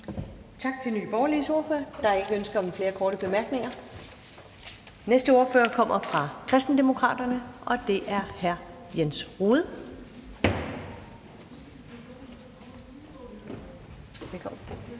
Tak til Nye Borgerliges ordfører. Der er ikke ønske om flere korte bemærkninger. Den næste ordfører kommer fra Kristendemokraterne, og det er hr. Jens Rohde. Velkommen.